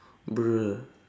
bruh